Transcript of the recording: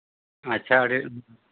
ᱟᱪᱪᱷᱟ ᱟᱹᱰᱤ